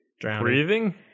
Breathing